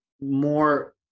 more